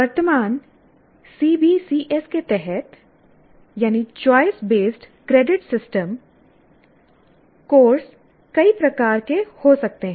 वर्तमान CBCS के तहत choice based credit system course कई प्रकार के हो सकते हैं